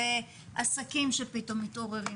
ועסקים שפתאום מתעוררים,